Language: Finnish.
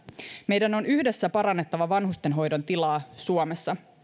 meidän on yhdessä parannettava vanhustenhoidon tilaa suomessa